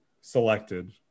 selected